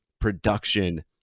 production